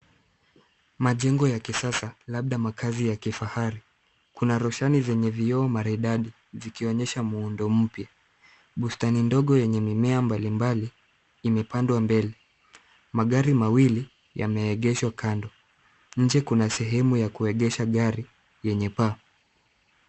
Majenge ya kisasa labda makazi ya kifari kuna roshani zenye vioo maridadi zikionyesha muondo mpya. Bustani ndogo yenye mimea mbali mbali imepandwa mbele, magari mawili yameegeshwa kando. Nje kuna sehemu ya kuegesha gari yenye paa.